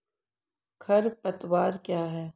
खरपतवार क्या है?